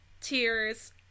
tears